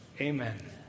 Amen